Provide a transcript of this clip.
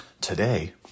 Today